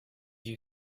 you